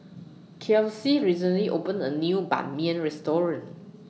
Kelsie recently opened A New Ban Mian Restaurant